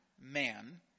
man